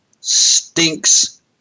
stinks